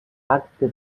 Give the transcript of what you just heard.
pacte